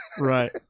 Right